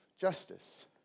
justice